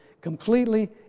completely